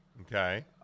Okay